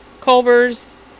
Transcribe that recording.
culver's